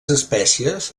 espècies